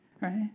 Right